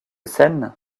scène